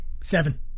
Seven